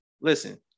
Listen